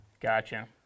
Gotcha